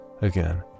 Again